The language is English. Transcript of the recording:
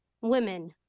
women